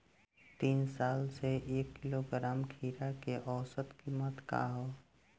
तीन साल से एक किलोग्राम खीरा के औसत किमत का ह?